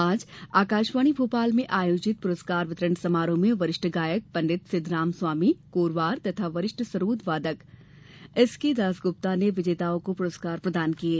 आज आकाशवाणी भोपाल में आयोजित पुरस्कार वितरण समारोह में वरिष्ठ गायक पं सिध्दराम स्वामी कोरवार तथा वरिष्ठ सरोद वादक श्री एस के दासगुप्ता ने विजेताओं को पुरस्कार दिये